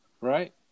Right